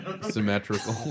symmetrical